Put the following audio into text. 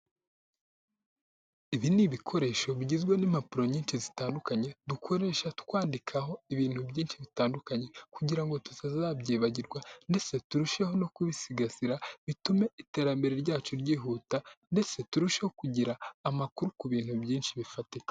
Ibi ni ibikoresho bigizwe n'impapuro nyinshi zitandukanye, dukoresha twandikaho ibintu byinshi bitandukanye kugira ngo tutazabyibagirwa ndetse turusheho no kubisigasira, bitume iterambere ryacu ryihuta ndetse turusheho kugira amakuru ku bintu byinshi bifatika.